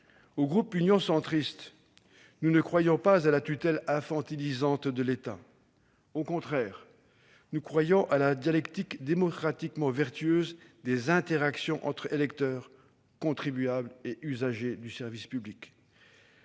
du groupe Union Centriste ne croient pas à la tutelle infantilisante de l'État. Au contraire, ils croient à la dialectique démocratiquement vertueuse des interactions entre électeurs, contribuables et usagers du service public.